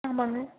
ஆமாங்க